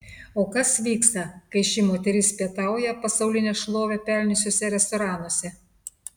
o kas vyksta kai ši moteris pietauja pasaulinę šlovę pelniusiuose restoranuose